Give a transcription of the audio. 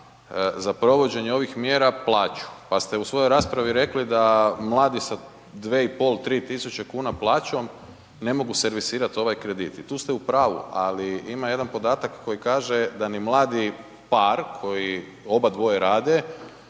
za provođenje ovih mjera plaću pa ste u svojoj raspravu rekli da mladi sa 2 i pol, 3 tisuće kuna plaćom ne mogu servisirati ovaj kredit i tu ste u pravu, ali ima jedan podatak koji kaže da ni mladi par koji obadvoje rade